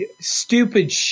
stupid